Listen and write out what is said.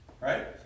Right